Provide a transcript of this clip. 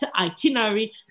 itinerary